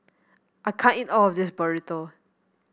I can't eat all of this Burrito